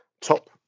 top